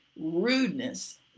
rudeness